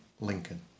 Lincoln